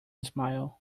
smile